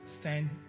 stand